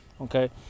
Okay